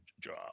job